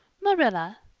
marilla,